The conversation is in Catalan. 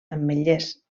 ametllers